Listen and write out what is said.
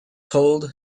told